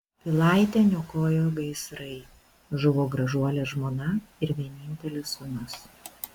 pilaitę niokojo gaisrai žuvo gražuolė žmona ir vienintelis sūnus